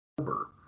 over